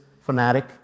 fanatic